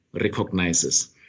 recognizes